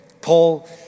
Paul